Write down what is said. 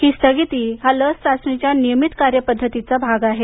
ही स्थगिती हा लस चाचणीच्या नियमित कार्यपद्धतीचा भाग आहे